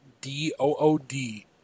D-O-O-D